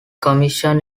commission